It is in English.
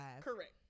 Correct